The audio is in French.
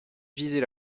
viser